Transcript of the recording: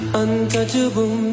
untouchable